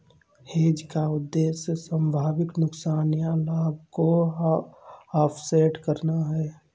hedge का उद्देश्य संभावित नुकसान या लाभ को ऑफसेट करना है